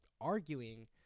arguing